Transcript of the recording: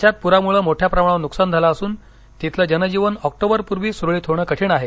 राज्यात पुरामुळे मोठ्या प्रमाणावर नुकसान झालं असून तिथलं जनजीवन ऑक्टोबरपूर्वी सुरळीत होणं कठीण आहे